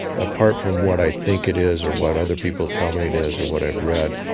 apart from what i think it is or what other people tell me it is or what i've read,